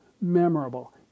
memorable